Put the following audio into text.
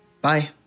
Bye